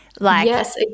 Yes